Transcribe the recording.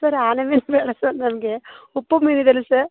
sir ಆನೆ ಮೀನು ಬೇಡ ಸರ್ ನಮಗೆ ಉಪ್ಪು ಮೀನು ಇದೆಯಲ್ಲ ಸರ್